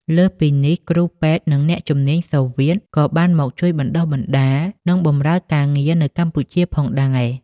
លើសពីនេះ គ្រូពេទ្យ និងអ្នកជំនាញសូវៀតក៏បានមកជួយបណ្តុះបណ្តាល និងបម្រើការងារនៅកម្ពុជាផងដែរ។